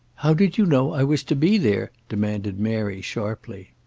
how did you know i was to be there? demanded mary sharply.